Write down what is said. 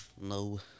No